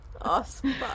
Awesome